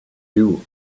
you